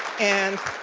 and